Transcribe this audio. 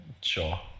sure